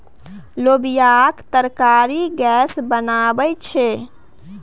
लोबियाक तरकारी गैस बनाबै छै